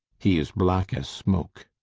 he is black as smoke.